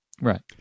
Right